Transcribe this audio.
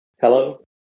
Hello